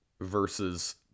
versus